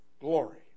glory